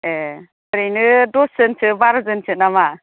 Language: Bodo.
ए' ओरैनो दसजनसो बार'जनसो नामा